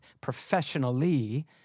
professionally